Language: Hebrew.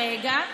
אבל, רגע.